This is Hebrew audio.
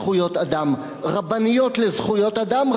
"רבנים לזכויות האדם",